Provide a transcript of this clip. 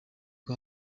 uko